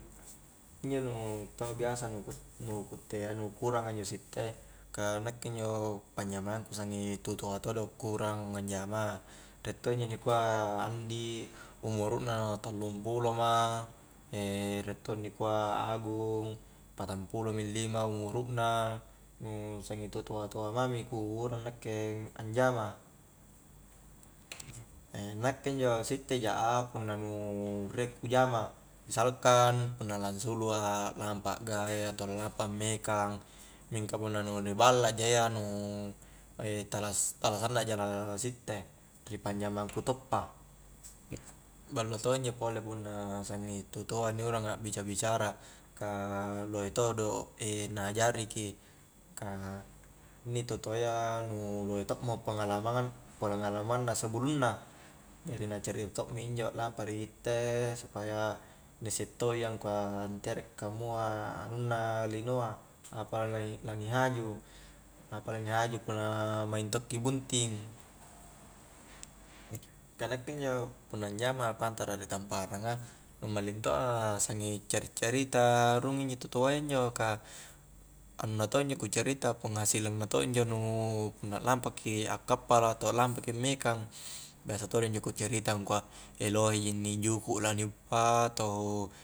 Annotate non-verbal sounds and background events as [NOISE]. Injo nu tau biasa nu ku nu kuttea nu ku uranga injo sitte ka nakke injo panjamangku sengi tutoa todo' ku urang anjama riek todo injo nukua andi umuru' na tallung pulo ma, [HESITATION] riek to injo nikua agung patang pulo mi lima umuru' na nu sangi tu toa-toa mami ku urang nakke anjama [HESITATION] nakke injo sitte ja a punna nu riek ku jama, misalkan, punna langsulu a lampa akgae atau lampa ammekang mingka punna nu ni balla ja iya nu [HESITATION] tala-tala sanna ja [UNINTELLIGIBLE] sitte, ri panjamang ku toppa ballo to injo pole punna sangi tu toa ni urang akbica-bicara ka lohe todo' [HESITATION] na ajari ki ka inni tu toayya nu lohe to'mo pengalamang pengalamang na sebelung na jari na carita to' mi injo lampa [UNINTELLIGIBLE] supaya na isse to i angkua ntere kamua anunna linoa apa la ni-la ni haju apa la ni haju punna maing tokki bunting ka nakke injo punna anjama pantara ri tamparanga nu maling to a sangi cari-cari ta rung injo tu toayya injo ka anunna to njo ku carita, penghasilanna to' injo punna lampaki a kappala atau lampaki mekang biasa todo injo ku carita angkua [HESITATION] lohe ji inni juku' la ni uppa atau